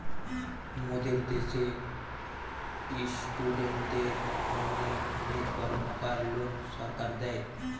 মোদের দ্যাশে ইস্টুডেন্টদের হোনে অনেক কর্মকার লোন সরকার দেয়